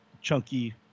chunky